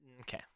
okay